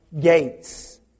gates